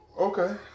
Okay